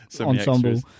ensemble